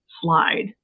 slide